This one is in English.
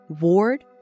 Ward